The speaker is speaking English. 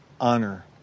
honor